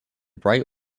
bright